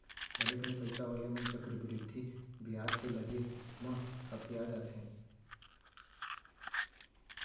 बने बने पइसा वाले मन चक्रबृद्धि बियाज के लगे म हकिया जाथें